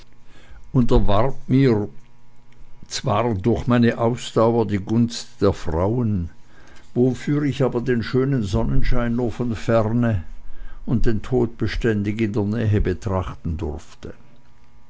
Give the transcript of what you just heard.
und erwarb mir zwar durch meine ausdauer die gunst der frauen wofür ich aber den schönen sonnenschein nur von ferne und den tod beständig in der nähe betrachten durfte